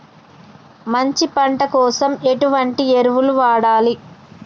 మంచి పంట కోసం ఎటువంటి ఎరువులు వాడాలి?